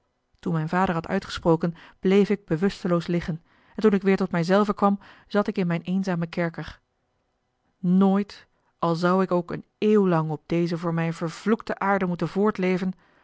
toen mijn vader had uitgesproken bleef ik bewusteloos liggen en toen ik weêr tot mij zelven kwam zat ik in mijn eenzamen kerker nooit al zou ik ook eene eeuw lang op deze voor mij vervloekte aarde moeten voortleven